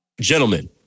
Gentlemen